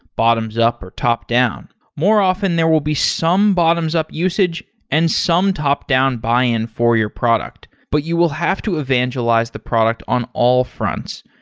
bottoms up or top down. more often, there will be some bottoms up usage and some top-down buy-in for your product, but you will have to evangelize the product on all fronts.